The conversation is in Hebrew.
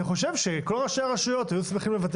אני חושב שכל ראשי הרשויות היו שמחים לוותר